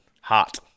hot